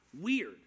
weird